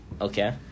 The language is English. Okay